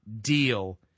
deal